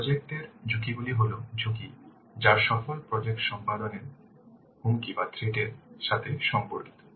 project এর ঝুঁকিগুলি হল ঝুঁকি যা সফল প্রজেক্ট সম্পাদনের হুমকি এর সাথে সম্পর্কিত